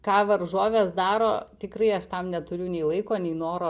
ką varžovės daro tikrai aš tam neturiu nei laiko nei noro